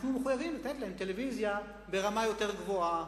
אנחנו מחויבים לתת להם טלוויזיה ברמה יותר גבוהה,